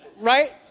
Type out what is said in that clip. right